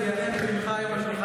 בינתיים, הודעה לסגנית מזכיר הכנסת.